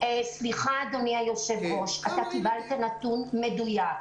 סליחה, אדוני היושב-ראש, אתה קיבלת נתון מדויק.